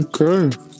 Okay